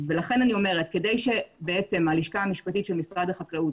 כדי שהלשכה המשפטית של משרד החקלאות